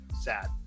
sad